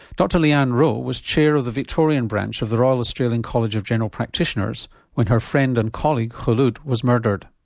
dr leanne rowe was chair of the victorian branch of the royal australian college of general practitioners when her friend and colleague khulod was murdered.